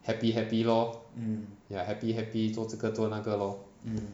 happy happy lor ya happy happy 做这个做那个 lor